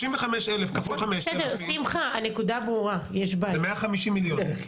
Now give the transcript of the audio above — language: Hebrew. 35 אלף כפול 5,000 זה 150 מליון.